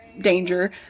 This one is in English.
danger